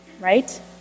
right